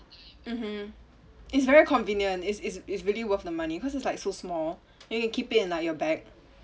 mmhmm it's very convenient it's it's it's really worth the money cause it's like so small you can keep it in like your bag